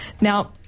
Now